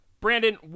Brandon